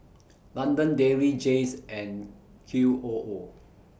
London Dairy Jays and Q O O